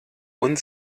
und